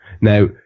Now